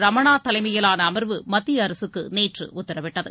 ரமணா தலைமையிலான அமர்வு மத்திய அரசுக்கு நேற்று உத்தரவிட்டது